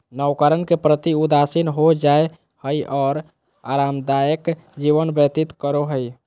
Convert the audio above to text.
नवकरण के प्रति उदासीन हो जाय हइ और आरामदायक जीवन व्यतीत करो हइ